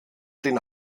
den